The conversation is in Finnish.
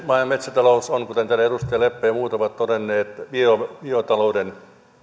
maa ja metsätalous on kuten täällä edustaja leppä ja muut ovat todenneet biotalouden